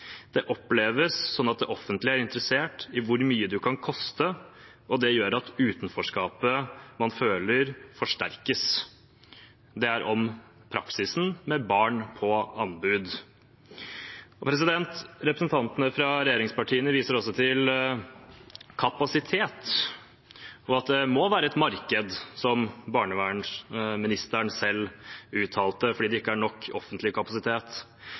Det oppleves sånn at det offentlige er interessert i hvor mye du kan koste, og det gjør at utenforskapet man føler forsterkes.» Dette handler om praksisen med barn på anbud. Representantene fra regjeringspartiene viser også til kapasitet, og at det må være et marked, som barnevernsministeren selv uttalte, fordi det ikke er nok offentlig kapasitet.